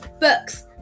books